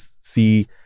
see